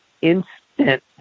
instant